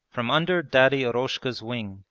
from under daddy eroshka's wing,